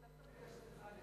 זה לא חייב להיות ח'אלד.